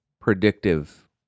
predictive